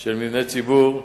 של מבנה ציבור,